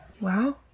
Wow